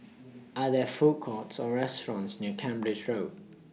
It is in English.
Are There Food Courts Or restaurants near Cambridge Road